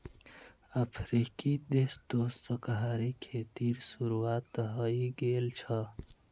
अफ्रीकी देश तो सहकारी खेतीर शुरुआत हइ गेल छ